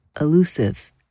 elusive